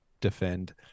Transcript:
defend